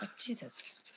Jesus